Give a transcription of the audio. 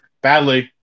badly